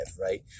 right